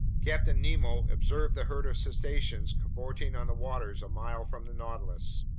captain nemo observed the herd of cetaceans cavorting on the waters a mile from the nautilus.